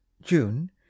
June